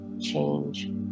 change